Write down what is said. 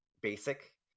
basic